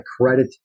credit